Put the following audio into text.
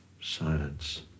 silence